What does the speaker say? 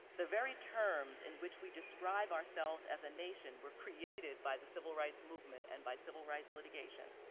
the very terms in which we describe ourselves as a nation were created by the civil rights movement and by civil rights litigation.